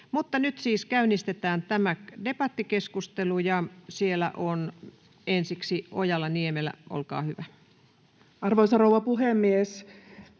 nyt siis käynnistetään tämä debattikeskustelu. — Siellä on ensiksi Ojala-Niemelä, olkaa hyvä. [Speech 546] Speaker: